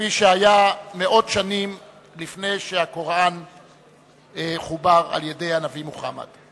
כפי שהיה מאות שנים לפני שהקוראן חובר על-ידי הנביא מוחמד.